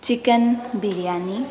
chicken biryani